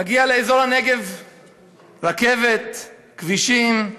מגיעה לאזור הנגב רכבת, כבישים,